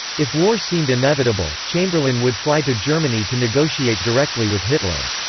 if war seemed inevitable, chamberlain would fly to germany to negotiate directly with hitler.